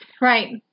right